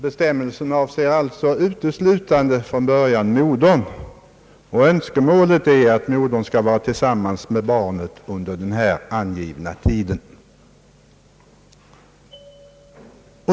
Bestämmelsen avser från början uteslutande modern, och önskemålet är att hon skall vara hemma hos barnet under den angivna tiden.